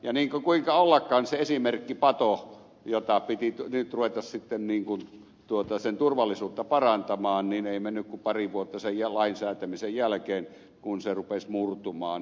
ja kuinka ollakaan se esimerkkipato jonka turvallisuutta piti toki tuota sittemmin kuin tuota nyt ruveta parantamaan pari vuotta sen lain säätämisen jälkeen rupesi murtumaan